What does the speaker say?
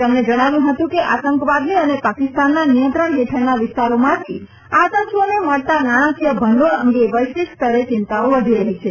તેમણે જણાવ્યું હતું કે આતંકવાદને અને પાકીસ્તાનના નિયંત્રણ હેઠળના વિસ્તારોમાંથી આતંકીઓને મળતા નાણાંકીય ભંડોળ અંગે વૈશ્વિક સ્તરે ચિંતાઓ વધી રહી છે